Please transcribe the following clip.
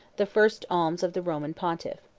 the first alms of the roman pontiff.